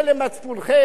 פונה למצפונכם,